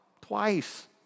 twice